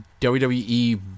WWE